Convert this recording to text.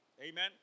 Amen